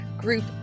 group